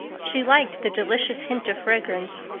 she liked the delicious hint of fragrance,